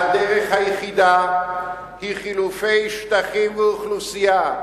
הדרך היחידה היא חילופי שטחים ואוכלוסייה.